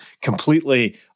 completely